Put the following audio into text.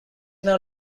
now